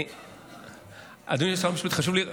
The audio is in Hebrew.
חשוב לי,